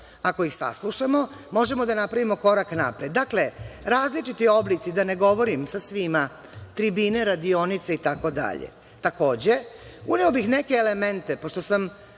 ako ih saslušamo, možemo da napravimo korak napred. Dakle, različiti oblici, da ne govorim sa svima – tribine, radionice itd. Takođe, uneo bih neke elemente, pošto sam